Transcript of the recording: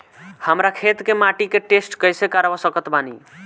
हमरा खेत के माटी के टेस्ट कैसे करवा सकत बानी?